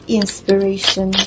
inspiration